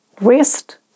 rest